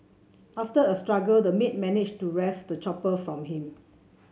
after a struggle the maid managed to wrest the chopper from him